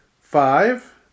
five